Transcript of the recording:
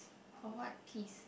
a what peas